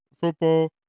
football